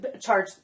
charge